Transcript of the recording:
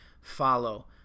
follow